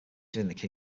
within